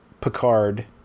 Picard